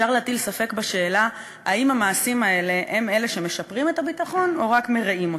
ספק בשאלה אם המעשים האלה הם אלה שמשפרים את הביטחון או רק מרעים אותו,